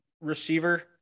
receiver